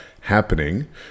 happening